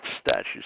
statutes